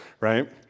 right